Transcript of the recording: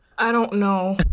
i don't know.